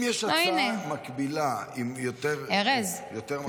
אם יש הצעה מקבילה יותר משמעותית --- ארז, ארז.